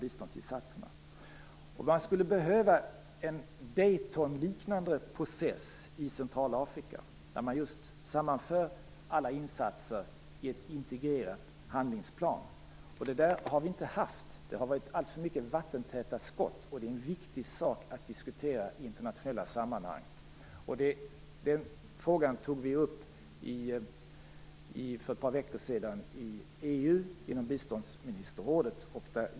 I Centralafrika skulle det behövas en Daytonliknande process, där man just sammanför alla insatser i en integrerad handlingsplan. Det har vi inte haft; det har varit allt för mycket vattentäta skott. Det är en viktig sak att diskutera i internationella sammanhang. Den frågan tog vi upp för ett par veckor sedan i EU inom biståndsministerrådet.